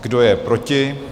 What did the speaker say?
Kdo je proti?